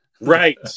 Right